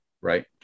Right